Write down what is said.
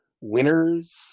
winners